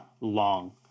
long